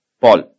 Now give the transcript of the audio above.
Paul